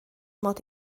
mod